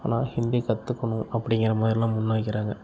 ஆனால் ஹிந்தி கற்றுக்கணும் அப்படிங்கிற மாதிரிலாம் முன் வைக்கிறாங்க